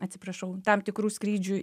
atsiprašau tam tikrų skrydžių